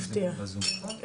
מפתיע.